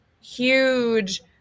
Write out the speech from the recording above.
huge